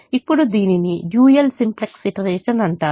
ఇప్పుడు దీనిని dual simplex iteration అంటారు